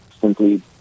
simply